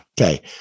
Okay